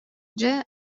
дьэ